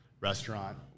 restaurant